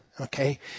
Okay